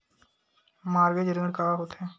Mortgage ऋण का होथे?